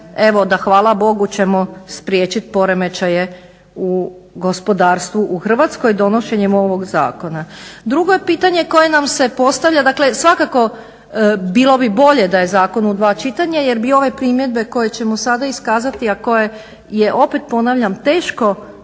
hvala Bogu ćemo spriječiti poremećaje gospodarstvu u Hrvatskoj donošenjem ovog zakona. Drugo je pitanje koje nam se postavlja, dakle svakako bilo bi bolje da je zakon u dva čitanja jer bi ove primjedbe koje ćemo sada iskazati, a koje je opet ponavljam teško